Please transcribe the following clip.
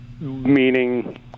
Meaning